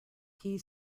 tea